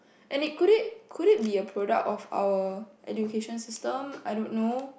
and it could it could it be a product of our education system I don't know